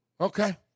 Okay